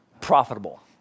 profitable